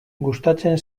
gustatzen